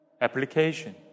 application